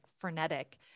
frenetic